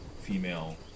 female